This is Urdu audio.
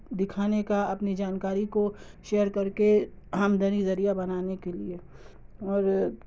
دکھانے کا اپنی جانکاری کو شیئر کر کے آمدنی ذریعہ بنانے کے لیے اور